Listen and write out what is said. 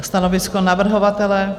Stanovisko navrhovatele?